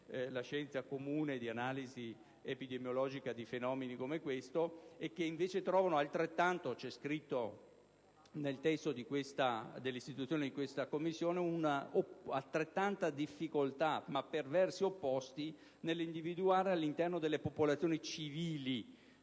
alla scelta comune di analisi epidemiologica di fenomeni come questo e che invece trovano, come è riportato anche nel testo della proposta di istituzione di questa Commissione, altrettanta difficoltà, ma per versi opposti, nell'individuare all'interno delle popolazioni civili